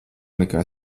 nekā